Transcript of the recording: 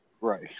Right